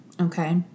okay